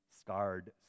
scarred